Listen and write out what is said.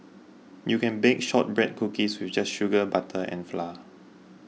you can bake Shortbread Cookies with just sugar butter and flour